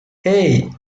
hey